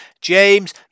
James